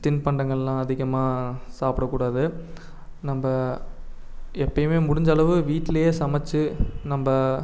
தின்பண்டங்கள்லாம் அதிகமாக சாப்பிடக்கூடாது நம்ம எப்போயுமே முடிஞ்சளவு வீட்டிலையே சமைச்சு நம்ம